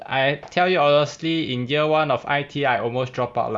I tell you honestly in year one of I_T_E I almost drop out lah